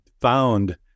found